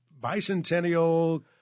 bicentennial –